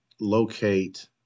locate